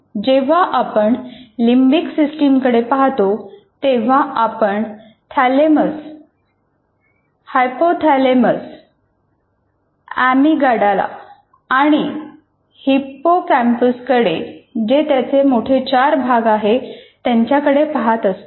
जेव्हा आपण limbic system कडे पाहतो तेव्हा आपण थॅलेमस हायपोथालेमस अॅमीगडाला आणि हिप्पोकॅम्पसकडे जे त्याचे चार मोठे भाग आहेत त्यांच्याकडे पहात असतो